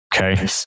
Okay